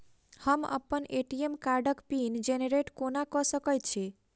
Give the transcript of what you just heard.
हम अप्पन ए.टी.एम कार्डक पिन जेनरेट कोना कऽ सकैत छी?